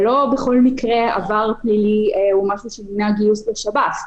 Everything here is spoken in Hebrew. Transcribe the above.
ולא בכל מקרה עבר פלילי מונע גיוס לשב"ס.